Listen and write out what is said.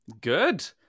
Good